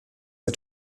der